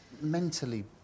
mentally